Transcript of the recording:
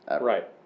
Right